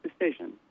decision